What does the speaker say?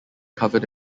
covered